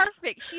perfect